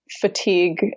fatigue